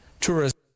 Tourists